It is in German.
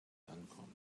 ankommen